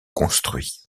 construit